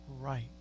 right